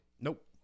Nope